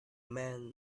man